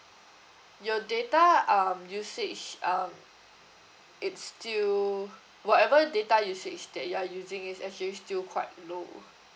your data um usage um it's still whatever data usage that you are using is actually still quite low